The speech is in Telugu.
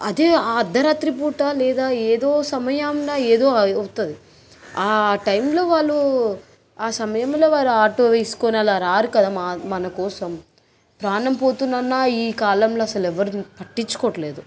అదే ఆ అర్ధరాత్రి పూట లేదా ఏదో సమయంలో ఏదో అవుతాది ఆ టైంలో వాళ్ళు ఆ సమయంలో వారు ఆటో తీసుకొని అలా రారు కదా మ మనకోసం ప్రాణం పోతుంది అన్న ఈ కాలంలో అసలు ఎవరూ పట్టించుకోవట్లేదు